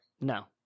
No